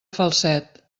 falset